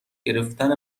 گرفتن